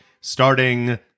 starting